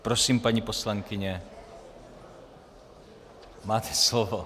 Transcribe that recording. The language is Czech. Prosím, paní poslankyně, máte slovo.